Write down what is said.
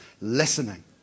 listening